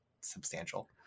substantial